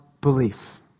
belief